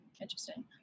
interesting